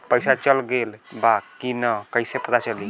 पइसा चल गेलऽ बा कि न और कइसे पता चलि?